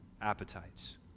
appetites